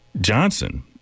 Johnson